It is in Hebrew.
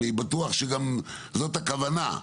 אני בטוח שגם זאת הכוונה,